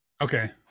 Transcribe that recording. Okay